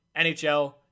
NHL